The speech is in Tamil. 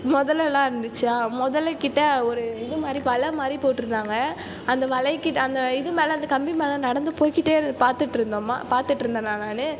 முதலயெல்லாம் இருந்துச்சா முதலகிட்ட ஒரு இது மாதிரி வலை மாதிரி போட்டு இருந்தாங்க அந்த வலைக்கு அந்த இது மேலே அந்த கம்பி மேலே நடந்து போய்கிட்டே பார்த்துட்டு இருந்தோமா பார்த்துட்டு இருந்தேனா நான்